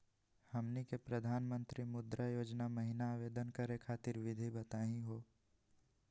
हमनी के प्रधानमंत्री मुद्रा योजना महिना आवेदन करे खातीर विधि बताही हो?